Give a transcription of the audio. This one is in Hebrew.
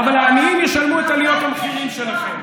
אבל העניים ישלמו את עליות המחירים שלכם.